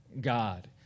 God